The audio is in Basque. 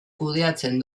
kudeatzen